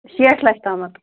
شیٹھ لَچھ تامَتھ